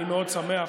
אני מאוד שמח.